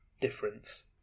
difference